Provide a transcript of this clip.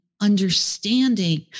understanding